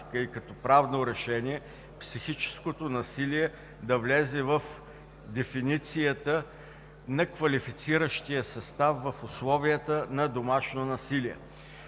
и като правно решение, психическото насилие да влезе в дефиницията на квалифициращия състав в условията на домашно насилие.